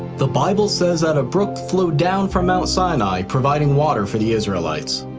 the bible says that a brook flowed down from mount sinai providing water for the israelites.